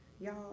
Y'all